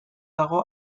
dago